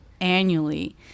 annually